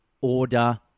order